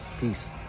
Peace